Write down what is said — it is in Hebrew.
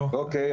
אוקיי.